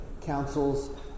councils